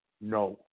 no